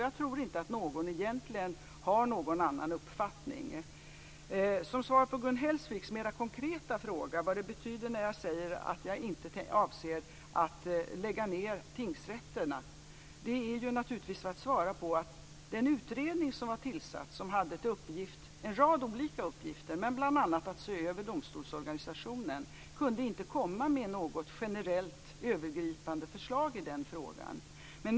Jag tror inte att någon egentligen har någon annan uppfattning. Gun Hellsvik hade en mer konkret fråga om vad det betyder när jag säger att jag inte avser att lägga ned tingsrätterna. Den utredning som var tillsatt och hade en rad olika uppgifter, bl.a. att se över domstolsorganisationen, kunde inte komma med något generellt övergripande förslag i den frågan.